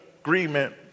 agreement